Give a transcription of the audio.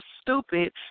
stupid